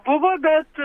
buvo bet